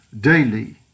daily